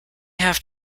have